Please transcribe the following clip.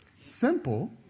Simple